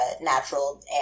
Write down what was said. natural